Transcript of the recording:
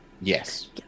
yes